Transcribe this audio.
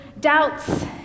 doubts